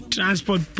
Transport